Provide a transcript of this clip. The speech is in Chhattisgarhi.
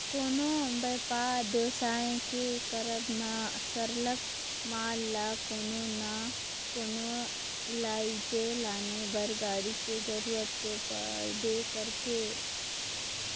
कोनो बयपार बेवसाय के करब म सरलग माल ल कोनो ना कोनो लइजे लाने बर गाड़ी के जरूरत तो परबे करथे